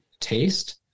taste